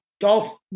golf